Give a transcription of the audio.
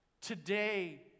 today